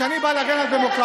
כשאני בא להגן על דמוקרטיה.